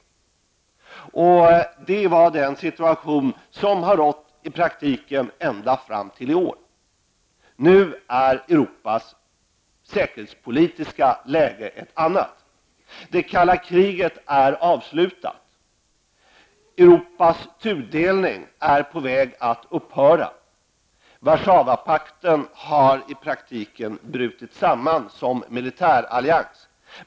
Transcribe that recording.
Denna situation har i praktiken rått ända fram till i år. Nu är Europas säkerhetspolitiska läge ett annat. Det kalla kriget är avslutat, och Europas tudelning är på väg att upphöra. Warszawapakten har i praktiken brutit samman som militär allians.